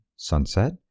Sunset